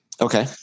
Okay